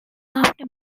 after